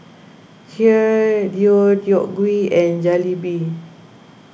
Kheer Deodeok Gui and Jalebi